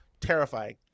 terrifying